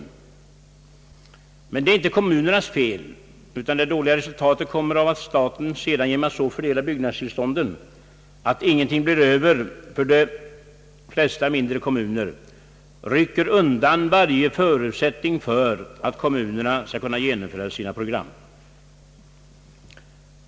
Detta är dock inte kommunernas fel, utan det dåliga resultatet kommer av att staten, genom att så fördela byggnadstillstånden att ingenting blir över för de flesta mindre kommuner, rycker undan varje förutsättning för att kommunerna skall kunna genomföra sina program.